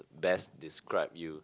best describe you